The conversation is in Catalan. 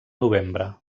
novembre